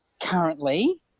currently